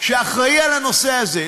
שאחראי על הנושא הזה,